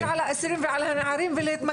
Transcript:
איך אפשר לדבר על האסירים והנערים ולהתמקד,